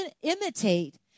imitate